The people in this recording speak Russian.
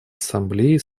ассамблеи